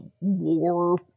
war